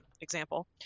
example